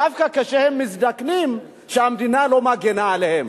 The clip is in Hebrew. דווקא כשהם מזדקנים המדינה לא מגינה עליהם,